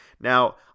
Now